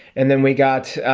and then we got